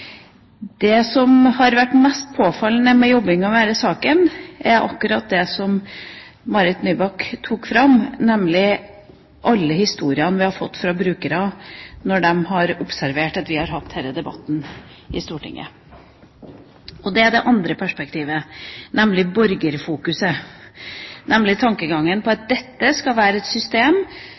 Det som har vært mest påfallende i forbindelse med jobbingen med denne saken, er akkurat det som Marit Nybakk tok fram, alle historiene vi har fått fra brukere når de har observert at vi har hatt denne debatten i Stortinget. Det er det andre perspektivet, nemlig borgerfokuset, tankegangen om at dette skal være et system